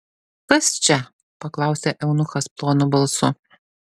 kas čia paklausė eunuchas plonu balsu